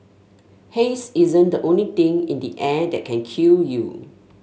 haze isn't the only thing in the air that can kill you